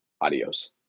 Adios